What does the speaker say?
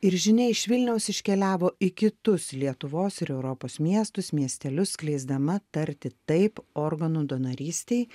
ir žinia iš vilniaus iškeliavo į kitus lietuvos ir europos miestus miestelius skleisdama tarti taip organų donorystei